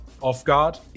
off-guard